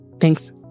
Thanks